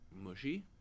mushy